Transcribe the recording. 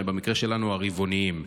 במקרה שלנו הרבעוניים.